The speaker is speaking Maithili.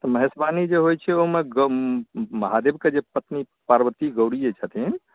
महेशवाणी जे होइत छै ओहिमे महादेवके जे पत्नी पार्वती गौरी जे छथिन